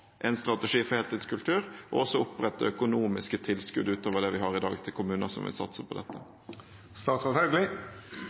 en strategi for heltidskultur og opprette økonomiske tilskudd utover det vi har i dag, til kommuner som vil satse på